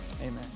Amen